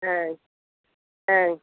ஆ ஆ